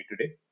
today